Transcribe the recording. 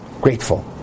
grateful